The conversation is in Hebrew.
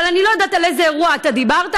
אני לא יודעת על איזה אירוע אתה דיברת,